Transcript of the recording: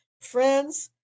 Friends